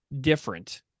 different